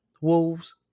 Wolves